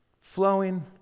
flowing